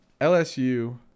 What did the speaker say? LSU